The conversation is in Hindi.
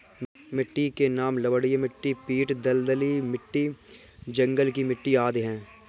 मिट्टी के नाम लवणीय मिट्टी, पीट दलदली मिट्टी, जंगल की मिट्टी आदि है